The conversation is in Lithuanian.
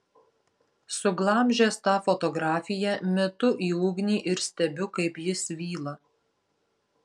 suglamžęs tą fotografiją metu į ugnį ir stebiu kaip ji svyla